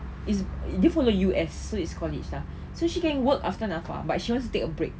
it's different ke U_S so it's college lah so she can work after NAFA but she wants take a break